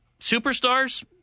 superstars